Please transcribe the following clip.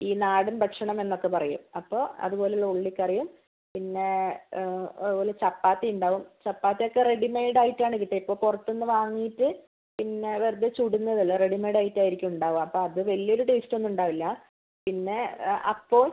ഈ നാടൻ ഭക്ഷണം എന്നൊക്കെ പറയും അപ്പോൾ അതുപോലുള്ള ഉള്ളി കറിയും പിന്നെ അതുപോലെ ചപ്പാത്തി ഉണ്ടാവും ചപ്പാത്തിയൊക്കെ റെഡിമെയ്ഡ് ആയിട്ടാണ് കിട്ടുക ഇപ്പം പുറത്തുനിന്ന് വാങ്ങിയിട്ട് പിന്നെ വെറുതെ ചുടുന്നതല്ലേ റെഡിമേയ്ഡ് ആയിട്ടായിരിക്കും ഉണ്ടാവുക അപ്പോൾ അത് വലിയൊരു ടേസ്റ്റ് ഒന്നും ഉണ്ടാവില്ല പിന്നെ അപ്പവും